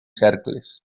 cercles